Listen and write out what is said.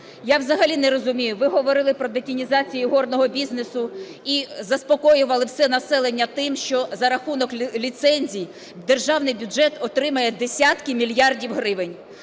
Я взагалі не розумію, ви говорили про детінізацію ігорного бізнесу і заспокоювали все населення тим, що за рахунок ліцензій державний бюджет отримає десятки мільярдів гривень.